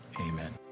amen